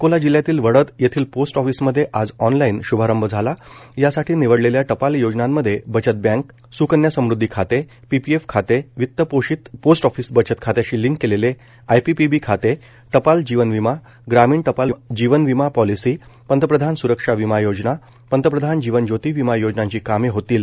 अकोला जिल्ह्यातील वडद येथील post office मध्ये आज ऑनलाइन शभारंभ झाला यासाठी निवडलेल्या टपाल योजनांमध्ये बचत बँक सुकन्या समदधि खाते पीपीएफ खाते वित्त पोषित पोस्ट ऑफिस बचत खात्याशी लिंक केलेले आयपीपीबी खाते टपाल जीवन विमा ग्रामीण टपाल जीवन विमा पॉलिसी पंतप्रधान सुरक्षा विमा योजना पंतप्रधान जीवन ज्योती विमा योजनाची कामे होतील